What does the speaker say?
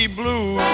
blue